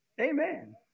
Amen